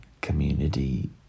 community